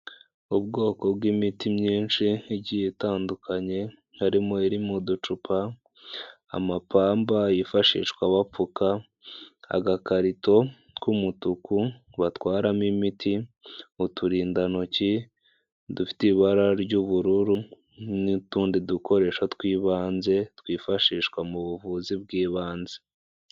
Ubwoko bw'imiti myinshi igiye itandukanye harimo iri mu ducupa, amapamba yifashishwa bapfuka, agakarito k'umutuku batwaramo imiti, uturindantoki dufite ibara ry'ubururu n'utundi dukoresho tw'ibanze twifashishwa mu buvuzi bw'ibanze.